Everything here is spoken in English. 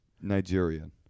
Nigerian